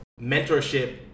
mentorship